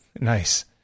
Nice